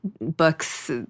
books